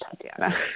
Tatiana